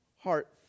heart